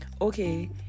okay